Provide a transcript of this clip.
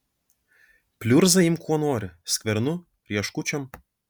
pliurzą imk kuo nori skvernu rieškučiom